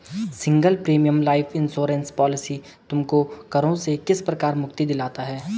Single premium life insurance policy तुमको करों से किस प्रकार मुक्ति दिलाता है?